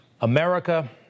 America